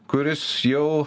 kuris jau